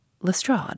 Lestrade